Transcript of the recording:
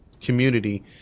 community